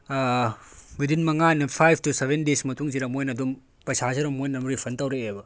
within ꯃꯉꯥꯅꯤ five to seven days ꯃꯇꯨꯡꯁꯤꯕ ꯃꯣꯏꯅ ꯑꯗꯨꯝ ꯄꯩꯁꯥꯁꯦ ꯑꯗꯨꯝ ꯃꯣꯏꯅ ꯑꯃꯨꯛ ꯔꯤꯐꯨꯟ ꯇꯧꯔꯛꯑꯦꯕ